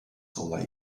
dylai